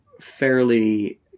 fairly